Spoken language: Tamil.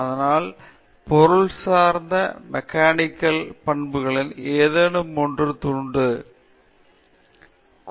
அதன் பிறகு பொருள்சார்ந்த பொருட்களின் மெக்கானிக்கல் பண்புகளில் ஏதேனும் ஒன்று உண்டு மேலும் பொருள்சார்ந்த பொருட்களின் பண்புகளை நாம் ஒருங்கிணைத்திருக்கிறோம்